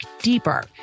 deeper